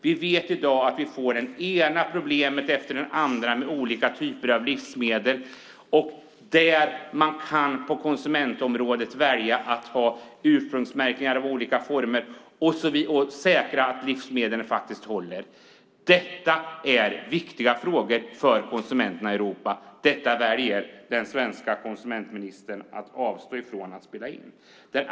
Vi vet i dag att vi får det ena problemet efter det andra med olika typer av livsmedel. Man kan på konsumentområdet välja att ha ursprungsmärkningar av olika former och säkra att livsmedlen faktiskt håller. Detta är viktiga frågor för konsumenterna i Europa, och där väljer den svenska konsumentministern att avstå ifrån att göra ett inspel.